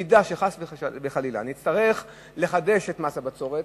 אם חס וחלילה נצטרך לחדש את מס הבצורת,